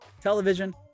television